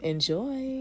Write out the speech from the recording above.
Enjoy